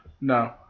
No